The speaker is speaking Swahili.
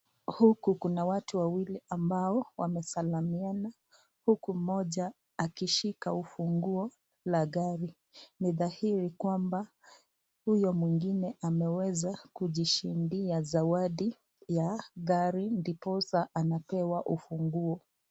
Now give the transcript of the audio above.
Huku kuna watu wawili ambao wamesalamiana uku mmoja akishika ufunguo la gari. Ni dhairi kwamba huyo mwingine ameweza kujishindia zawadi ya gari ndiposa anapewa ufunguo.